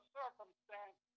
circumstance